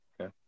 Okay